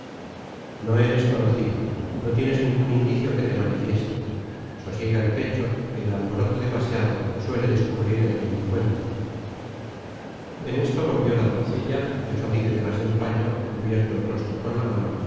no eres conocido no tienes ningun indicio que te manifieste sosiega el pecho que el alboroto demasiado suele descubrir el delincuente en esto volvió la doncella yo salí detras del paño cubierto el rostro con la mano